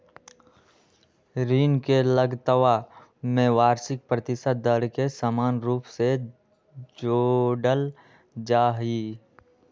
ऋण के लगतवा में वार्षिक प्रतिशत दर के समान रूप से जोडल जाहई